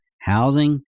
Housing